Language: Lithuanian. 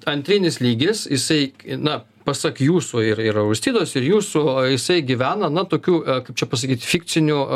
antrinis lygis jisai na pasak jūsų ir ir auristidos ir jūsų jisai gyvena na tokių kaip čia pasakyt fikcinių